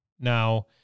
Now